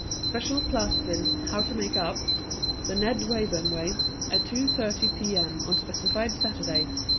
special classes in how to make up the ned wayburn way at two thirty p m. on specified saturdays.